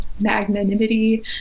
magnanimity